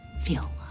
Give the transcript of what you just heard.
feel